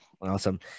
Awesome